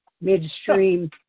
midstream